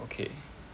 okay